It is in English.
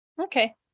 Okay